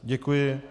Děkuji.